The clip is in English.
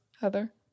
Heather